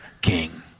king